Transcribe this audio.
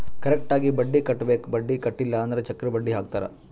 correct ಆಗಿ ಬಡ್ಡಿ ಕಟ್ಟಬೇಕ್ ಬಡ್ಡಿ ಕಟ್ಟಿಲ್ಲ ಅಂದುರ್ ಚಕ್ರ ಬಡ್ಡಿ ಹಾಕ್ತಾರ್